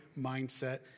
mindset